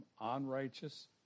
unrighteous